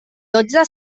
dotze